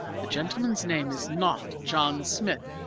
the gentleman's name is not john smith,